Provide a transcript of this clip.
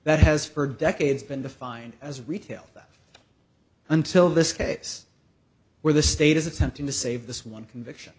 that has for decades been defined as retail until this case where the state is attempting to save this one conviction